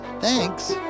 Thanks